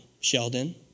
Sheldon